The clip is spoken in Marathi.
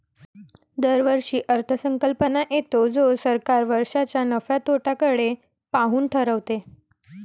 दरवर्षी अर्थसंकल्प येतो जो सरकार वर्षाच्या नफ्या तोट्याकडे पाहून ठरवते